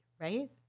right